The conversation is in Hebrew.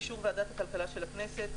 באישור ועדת הכלכלה של הכנסת,